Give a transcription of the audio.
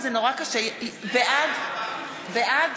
בעד